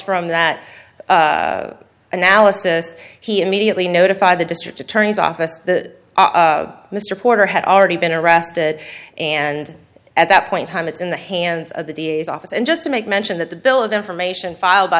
from that analysis he immediately notified the district attorney's office the mr porter had already been arrested and at that point time it's in the hands of the d a s office and just to make mention that the bill of information filed by